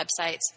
websites